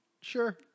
sure